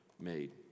made